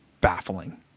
baffling